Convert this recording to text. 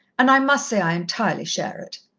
and i must say i entirely share it.